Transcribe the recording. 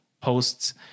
posts